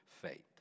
faith